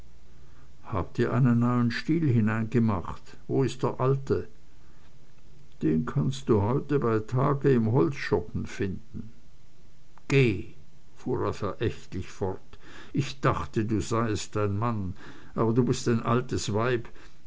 habt ihr einen neuen stiel hineingemacht wo ist der alte den kannst du heute bei tag im holzschuppen finden geh fuhr er verächtlich fort ich dachte du seist ein mann aber du bist ein altes weib